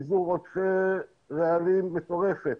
פיזור עודפי רעלים מטורף.